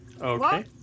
Okay